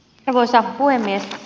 arvoisa puhemies